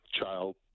child